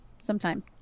sometime